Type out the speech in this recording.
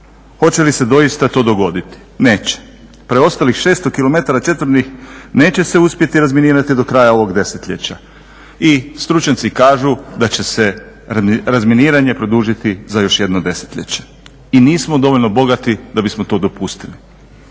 Hoće li se doista to dogoditi? Neće. Preostalih 600 kilometara četvornih neće se uspjeti razminirati do kraja ovog desetljeća. I stručnjaci kažu da će se razminiranje produžiti za još jedno desetljeće. I nismo dovoljno bogati da bismo to dopustili.